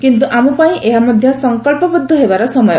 କିନ୍ତୁ ଆମ ପାଇଁ ଏହା ମଧ୍ୟ ସଂକଳ୍ପବଦ୍ଧ ହେବାର ସମୟ